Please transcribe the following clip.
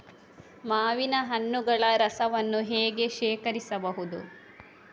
ಮಾವಿನ ಹಣ್ಣುಗಳ ರಸವನ್ನು ಹೇಗೆ ಶೇಖರಿಸಬಹುದು?